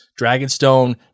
Dragonstone